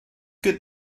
good